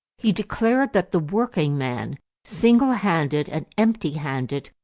he declared that the working-man, single-handed and empty-handed,